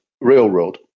Railroad